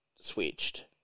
switched